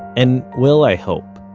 and will, i hope,